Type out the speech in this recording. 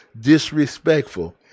disrespectful